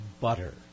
butter